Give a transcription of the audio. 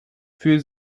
für